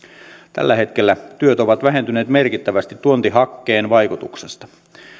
tällä hetkellä työt ovat vähentyneet merkittävästi tuontihakkeen vaikutuksesta